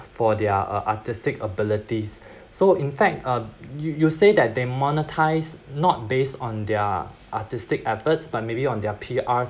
for their uh artistic abilities so in fact uh you you say that they monetize not based on their artistic efforts by maybe on their P_R